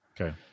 Okay